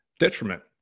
detriment